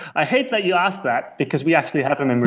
i hate that you ask that, because we actually haven't and